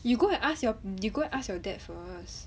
you go and ask your you go and ask your dad first